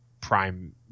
Prime